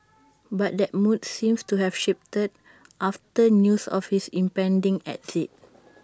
but that mood seems to have shifted after news of his impending exit